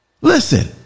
Listen